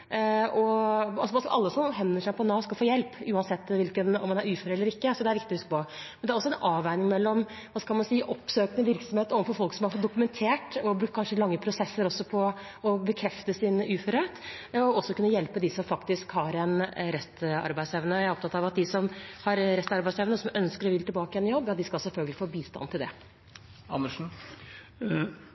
Alle som henvender seg til Nav, skal få hjelp, uansett om man er ufør eller ikke. Det er det viktig å huske på. Men det er også en avveining mellom oppsøkende virksomhet overfor folk som har fått dokumentert og kanskje hatt lange prosesser med å få bekreftet sin uførhet, og det å kunne hjelpe dem som har restarbeidsevne. Jeg er opptatt av at de som har restarbeidsevne og vil tilbake i jobb, selvfølgelig skal få bistand til det. Hovedpoenget mitt var ikke oppsøkende virksomhet, men at de som oppsøker Nav for å få mulighet til